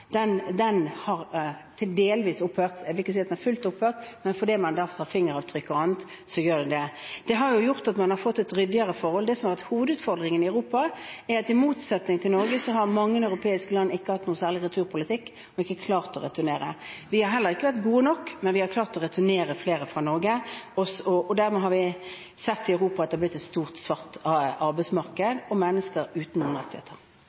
den har helt opphørt – men fordi man tar fingeravtrykk og annet, gjør man det. Det har gjort at man har fått et ryddigere forhold. Det som har vært hovedutfordringen i Europa, er at i motsetning til Norge har mange europeiske land ikke hatt noen særlig returpolitikk og ikke klart å returnere. Vi har heller ikke vært gode nok, men vi har klart å returnere flere fra Norge. Dermed har vi sett i Europa at det har blitt et stort, svart arbeidsmarked og mennesker uten rettigheter.